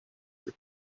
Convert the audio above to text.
your